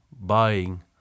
buying